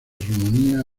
rumanía